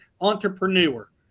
entrepreneur